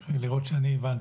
כדי לראות שהבנתי,